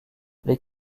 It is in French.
les